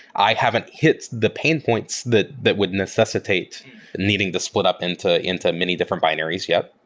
i haven't hit the pain points that that would necessitate needing to split up into into many different binaries yet,